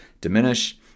diminish